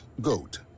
GOAT